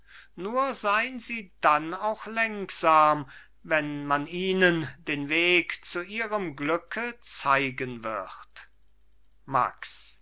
nur sein sie dann auch lenksam wenn man ihnen den weg zu ihrem glücke zeigen wird max